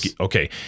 Okay